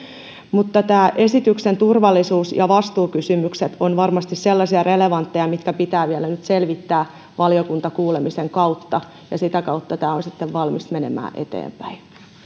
mutta esityksen turvallisuus ja vastuukysymykset ovat varmasti sellaisia relevantteja mitkä pitää vielä nyt selvittää valiokuntakuulemisen kautta ja sitä kautta tämä on sitten valmis menemään eteenpäin